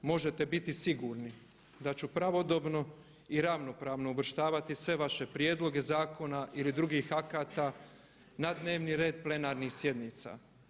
Možete biti sigurni da ću pravodobno i ravnopravno uvrštavati sve vaše prijedloge zakona ili drugih akata na dnevni red plenarnih sjednica.